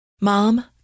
Mom